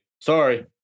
Sorry